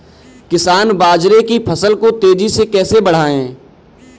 किसान बाजरे की फसल को तेजी से कैसे बढ़ाएँ?